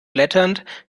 blätternd